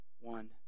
one